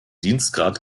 dienstgrad